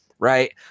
Right